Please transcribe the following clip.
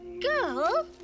Girl